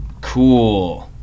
Cool